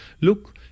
look